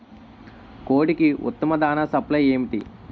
కోడికి ఉత్తమ దాణ సప్లై ఏమిటి?